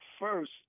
first